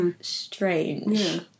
strange